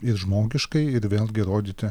ir žmogiškai ir vėlgi rodyti